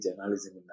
journalism